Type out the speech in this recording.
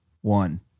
One